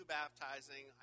baptizing